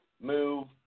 move